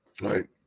right